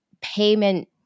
payment